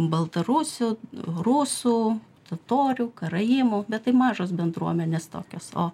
baltarusių rusų totorių karaimų bet tai mažos bendruomenės tokios o